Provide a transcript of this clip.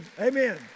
Amen